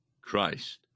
Christ